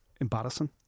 embarrassing